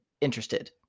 interested